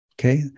okay